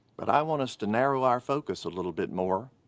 but i want us to narrow our focus a little bit more.